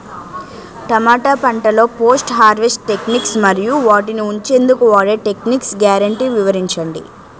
టమాటా పంటలో post harvest techniques మరియు వాటిని ఉంచెందుకు వాడే టెక్నిక్స్ గ్యారంటీ వివరించండి?